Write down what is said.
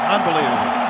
Unbelievable